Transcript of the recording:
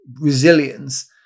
resilience